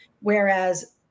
whereas